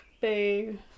Boo